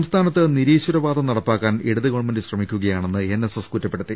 സംസ്ഥാനത്ത് നിരീശ്വരവാദം നടപ്പാക്കാൻ ഇടത് ഗവൺമെന്റ് ശ്രമിക്കുകയാണെന്ന് എൻഎസ്എസ് കുറ്റപ്പെടുത്തി